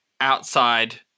outside